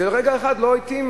לרגע אחד זה לא התאים,